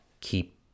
Keep